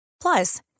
Plus